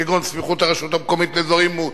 כגון סמיכות הרשות המקומית לאזור עימות,